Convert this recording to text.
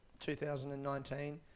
2019